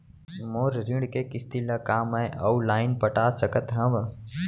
मोर ऋण के किसती ला का मैं अऊ लाइन पटा सकत हव?